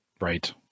Right